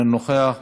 אינו נוכח.